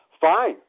Fine